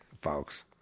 folks